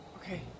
Okay